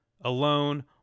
alone